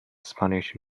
spanish